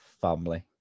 family